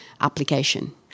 application